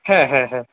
হ্যাঁ হ্যাঁ হ্যাঁ